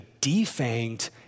defanged